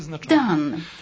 done